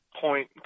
Point